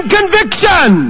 conviction